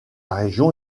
région